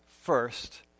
first